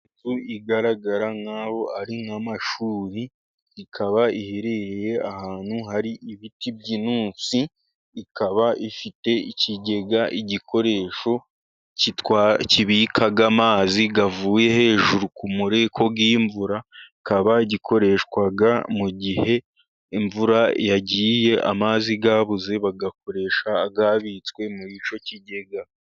Inzu igaragara nk'aho ari nk'amashuri, ikaba iherereye ahantu hari ibiti by'intusi, ikaba ifite ikigega, igikoresho kibika amazi avuye hejuru ku mureko w'imvura, kikaba gikoreshwa mu gihe imvura yagiye amazi yabuze, bagakoresha ayabitswe muri icyo kigega.